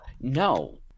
No